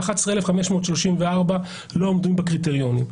11,534 לא עומדים בקריטריונים.